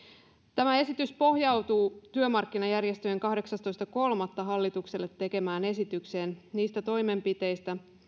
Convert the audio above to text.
tämä esitys pohjautuu työmarkkinajärjestöjen kahdeksastoista kolmatta hallitukselle tekemään esitykseen niistä toimenpiteistä